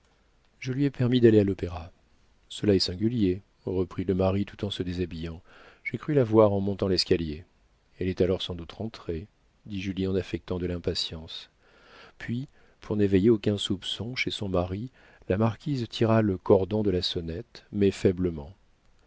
je lui ai permis d'aller à l'opéra cela est singulier reprit le mari tout en se déshabillant j'ai cru la voir en montant l'escalier elle est alors sans doute rentrée dit julie en affectant de l'impatience puis pour n'éveiller aucun soupçon chez son mari la marquise tira le cordon de la sonnette mais faiblement